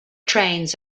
trains